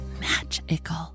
magical